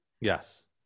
Yes